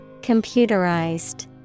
Computerized